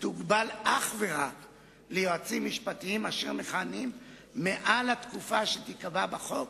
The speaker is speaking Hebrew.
תוגבל אך ורק ליועצים משפטיים אשר מכהנים מעל התקופה שתיקבע בחוק.